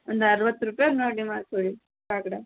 ಒಂದು ಅರವತ್ತು ರೂಪಾಯಿ ಹಾಗೆ ಮಾಡಿಕೊಡಿ ಕಾಕಡ